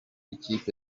ikipe